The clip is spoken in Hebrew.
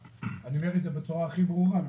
אני אומר את זה בצורה הכי ברורה.